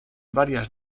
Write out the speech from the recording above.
varias